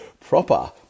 proper